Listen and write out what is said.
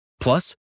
Plus